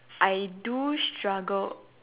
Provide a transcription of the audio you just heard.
I do struggle